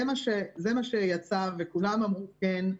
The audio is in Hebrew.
זה מה שיצא וכולם אמרו כן,